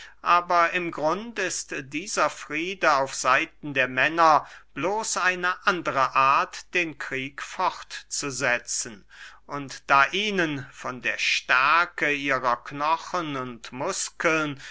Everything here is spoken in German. aber im grund ist dieser friede auf seiten der männer bloß eine andere art den krieg fortzusetzen und da ihnen von der stärke ihrer knochen und muskeln